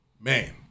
Man